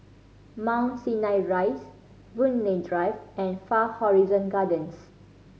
Mount Sinai Rise Boon Lay Drive and Far Horizon Gardens